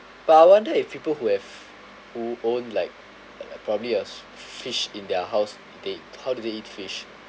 but I wonder if people who have who own like like probably a fish in their house they how do they eat fish